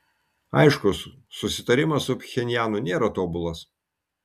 aišku susitarimas su pchenjanu nėra tobulas